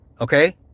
Okay